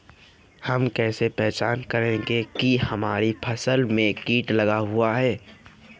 हम कैसे पहचान करेंगे की हमारी फसल में कीट लगा हुआ है?